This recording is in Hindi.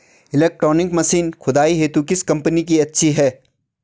इलेक्ट्रॉनिक मशीन खुदाई हेतु किस कंपनी की अच्छी है?